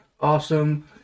awesome